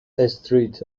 استریت